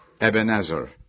Ebenezer